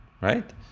Right